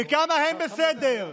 וכמה הם בסדר,